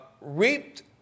reaped